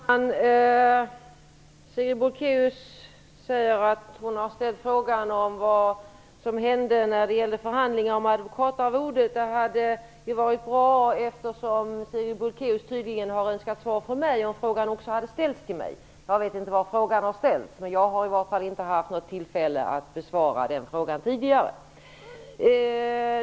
Herr talman! Sigrid Bolkéus säger att hon har ställt frågan om vad som hände när det gäller förhandlingarna om advokatarvodet. Eftersom Sigrid Bolkéus tydligen har önskat svar från mig hade det varit bra om frågan också hade ställts till mig. Jag vet inte i vilket sammanhang frågan har ställts, men jag har i vart fall inte haft något tillfälle att besvara frågan tidigare.